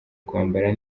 kwambara